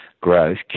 growth